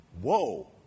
Whoa